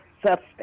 suspect